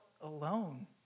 alone